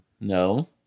No